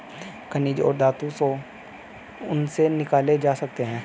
खनिज और धातु जो उनसे निकाले जा सकते हैं